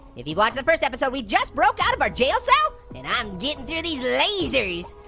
if you watched the first episode, we just broke out of our jail cell and i'm getting through these lasers.